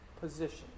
position